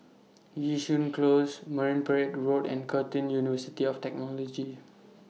Yishun Close Marine Parade Road and Curtin University of Technology